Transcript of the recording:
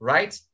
Right